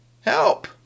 help